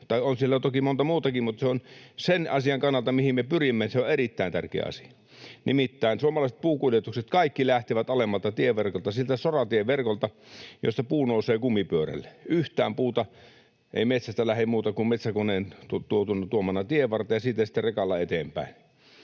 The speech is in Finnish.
tai on siellä toki monta muutakin, mutta sen asian kannalta, mihin me pyrimme, se on erittäin tärkeä asia. Nimittäin kaikki suomalaiset puukuljetukset lähtevät alemmalta tieverkolta, sieltä soratieverkolta, josta puu nousee kumipyörille. Yhtään puuta ei metsästä lähde muuten kuin metsäkoneen tuomana tienvarteen ja siitä sitten rekalla eteenpäin.